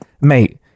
mate